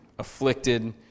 afflicted